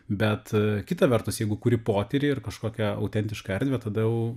bet kita vertus jeigu kurį potyrį ir kažkokią autentišką erdvę tada jau